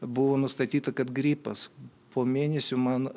buvo nustatyta kad gripas po mėnesio man